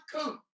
come